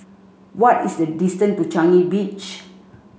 what is the distance to Changi Beach